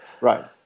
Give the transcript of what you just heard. Right